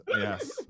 yes